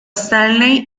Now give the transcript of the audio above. stanley